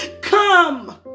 come